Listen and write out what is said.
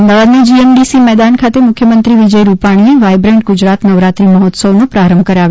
અમદાવાદના જીએમડીસી મેદાન ખાતે મુખ્યમંત્રી વિજય રૂપાણીએ વાયબ્રન્ટ ગુજરાત નવરાત્રી મહોત્સવનો પ્રારંભ કરાવ્યો હતો